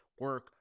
Work